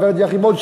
גברת יחימוביץ,